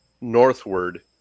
northward